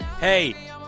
Hey